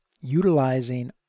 utilizing